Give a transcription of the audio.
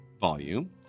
volume